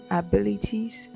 abilities